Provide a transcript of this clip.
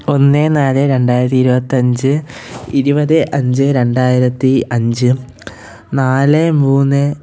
ഒന്ന് നാല് രണ്ടായിരതി ഇരുപത്തഞ്ച് ഇരുപത് അഞ്ച് രണ്ടായിരത്തി അഞ്ച് നാല് മൂന്ന്